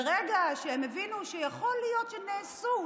וברגע שהם הבינו שיכול להיות שנעשו,